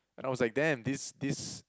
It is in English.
and I was like damn this this